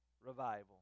revival